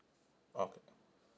okay